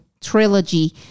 trilogy